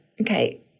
okay